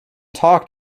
talked